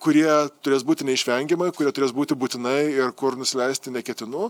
kurie turės būti neišvengiamai kurie turės būti būtinai ir kur nusileisti neketinu